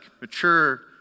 mature